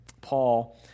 Paul